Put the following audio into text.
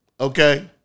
Okay